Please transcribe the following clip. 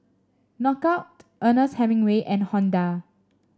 Knockout Ernest Hemingway and Honda